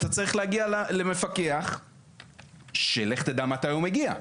אתה צריך להגיע למפקח שלך תדע מתי הוא מגיע,